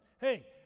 Hey